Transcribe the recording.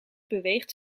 beweegt